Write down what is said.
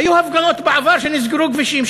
היו הפגנות בעבר שנסגרו כבישים,